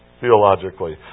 theologically